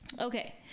okay